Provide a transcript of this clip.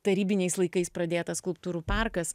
tarybiniais laikais pradėtas skulptūrų parkas